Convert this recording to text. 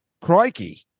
Crikey